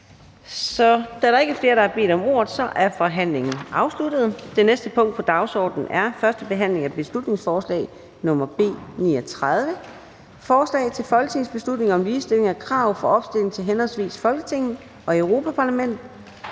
Da der ikke er flere, der har bedt om ordet, er forhandlingen afsluttet. --- Det næste punkt på dagsordenen er: 19) 1. behandling af beslutningsforslag nr. B 39: Forslag til folketingsbeslutning om ligestilling af krav for opstilling til henholdsvis Folketinget og Europa-Parlamentet.